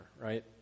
right